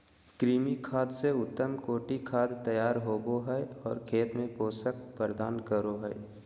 कृमि खाद से उत्तम कोटि खाद तैयार होबो हइ और खेत में पोषक प्रदान करो हइ